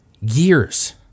Years